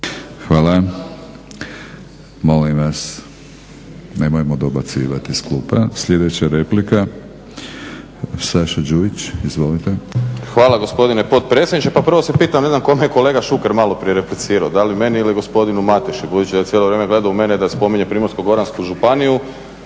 Hvala. Molim vas, nemojmo dobacivati s klupe. Sljedeća replika, Saša Đujić, izvolite. **Đujić, Saša (SDP)** Hvala gospodine potpredsjedniče. Prvo se pitam, ne znam kome je kolega Šuker maloprije replicirao, da li meni ili gospodinu Mateši, budući da je cijelo vrijeme gledao u mene i da je spominjao Primorsko-goransku županiju,